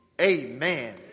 Amen